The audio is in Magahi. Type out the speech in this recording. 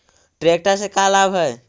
ट्रेक्टर से का लाभ है?